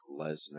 Lesnar